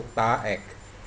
HOTA act